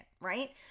right